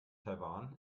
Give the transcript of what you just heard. taiwan